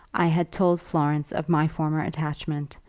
i had told florence of my former attachment,